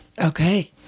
Okay